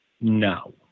no